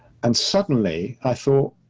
and suddenly i thought,